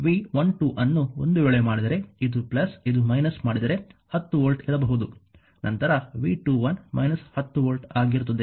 V12 ಅನ್ನು ಒಂದು ವೇಳೆ ಮಾಡಿದರೆ ಇದು ಇದು − ಮಾಡಿದರೆ 10 ವೋಲ್ಟ್ ಇರಬಹುದು ನಂತರ V21 − 10 ವೋಲ್ಟ್ ಆಗಿರುತ್ತದೆ